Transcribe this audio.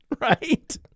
right